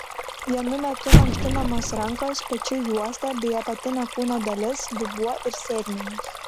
vienu metu mankštinamos rankos pečių juosta bei apatinė kūno dalis dubuo ir sėdmenys